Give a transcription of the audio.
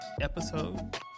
episode